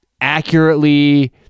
accurately